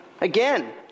Again